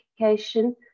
education